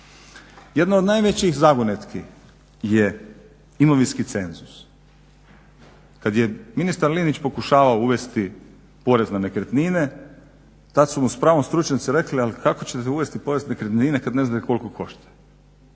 Jedna od najvećih zagonetki je imovinski cenzus. Kad je ministar Linić pokušavao uvesti porez na nekretnine tad su mu s pravom stručnjaci rekli ali kako ćete uvesti porez na nekretnine kad ne znaju koliko košta.